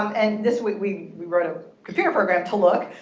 um and this week we we wrote a computer program to look,